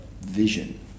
vision